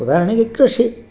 ಉದಾಹರಣೆಗೆ ಕೃಷಿ